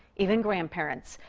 even grandparents.